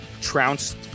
trounced